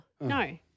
no